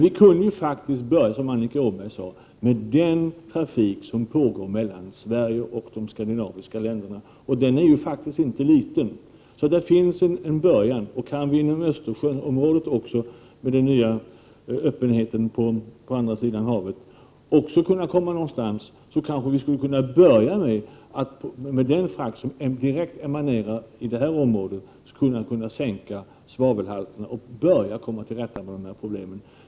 Vi kunde börja, som Annika Åhnberg sade, med den trafik som går mellan Sverige och de skandinaviska länderna, som inte är liten. Om vi inom Östersjöområdet, med den nya öppenheten på andra sidan havet, också kan komma någonstans kanske vi skulle kunna börja med den frakt som direkt emanerar i detta område, sänka svavelhalterna och komma till rätta med dessa problem.